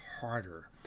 harder